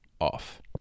Off